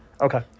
okay